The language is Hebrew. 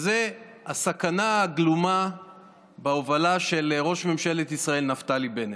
והוא הסכנה הגלומה בהובלה של ראש ממשלת ישראל נפתלי בנט.